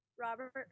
Robert